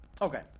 Okay